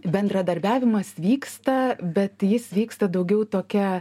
bendradarbiavimas vyksta bet jis vyksta daugiau tokia